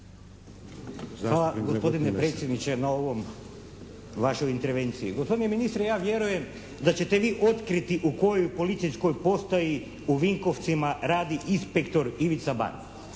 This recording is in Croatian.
Hvala gospodine predsjedniče na ovoj vašoj intervenciji. Gospodine ministre. Ja vjerujem da ćete vi otkriti u kojoj policijskoj postaji u Vinkovcima radi inspektor Ivica